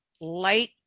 light